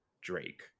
Drake